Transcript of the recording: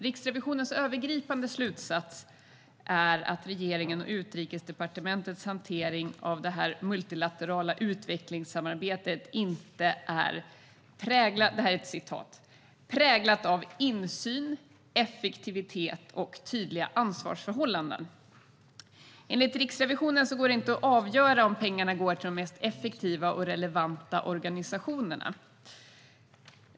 Riksrevisionens "övergripande slutsats" är att "regeringens och Utrikesdepartementets hantering av det multilaterala utvecklingssamarbetet inte är präglad av insyn, effektivitet och tydliga ansvarsförhållanden. - Enligt Riksrevisionen går det . inte att avgöra om pengarna går till de mest effektiva och relevanta organisationerna.